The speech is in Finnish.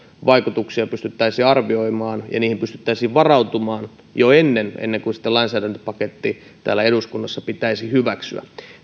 vaikutuksia pystyttäisiin arvioimaan ja niihin pystyttäisiin varautumaan jo ennen ennen kuin lainsäädäntöpaketti täällä eduskunnassa pitäisi hyväksyä